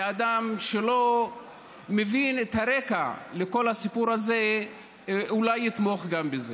אדם שלא מבין את הרקע לכל הסיפור הזה אולי יתמוך גם בזה.